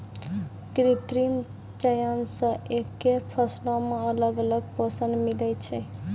कृत्रिम चयन से एक्के फसलो मे अलग अलग पोषण मिलै छै